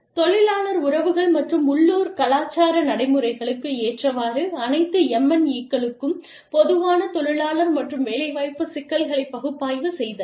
தொழிலாளர் உறவுகள் மற்றும் உள்ளூர் கலாச்சார நடைமுறைகளுக்கு ஏற்றவாறு அனைத்து MNE களுக்கும் பொதுவான தொழிலாளர் மற்றும் வேலைவாய்ப்பு சிக்கல்களை பகுப்பாய்வு செய்தல்